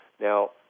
Now